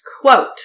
Quote